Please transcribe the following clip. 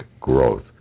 growth